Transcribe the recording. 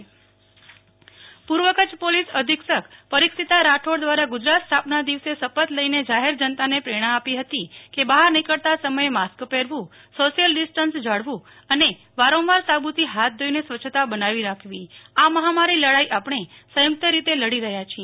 નેહ્લ ઠક્કર પુર્વ કચ્છ પોલીસ અધિક્ષક શપથ પુ ર્વ કચ્છ પોલીસ અધિક્ષક પરીક્ષિતા રાઠોડ દ્વારા ગુજરાત સ્થાપના દિવસે શપથ લઈને જાહેર જનતાને પ્રેરણા આપી હતી કે બફાર નીકળતા સમચે માસ્ક પેરવું સોશ્યલ ડિસ્ટન્સ જાળવવું અને વારંવાર સાબુથી ફાથ ધોઈને સ્વચ્છતા બનાવી રાખવી આ મહામારી લડાઈ આપણે સયું કત રીતે લડી રહ્યા છીએ